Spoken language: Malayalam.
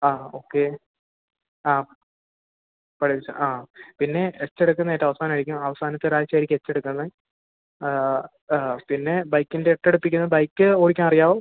ആ ഓക്കേ ആ പഠിപ്പിച്ച ആ പിന്നെ എച്ചെടുക്കുന്നത് ഏറ്റവും അവസാനമായിരിക്കും അവസാനത്തെ ഒരാഴ്ചയായിരിക്കും എച്ചെടുക്കുന്നത് ആ ആ പിന്നെ ബൈക്കിൻ്റെ എട്ടെടുപ്പിക്കുന്ന ബൈക്ക് ഓടിക്കാൻ അറിയാമോ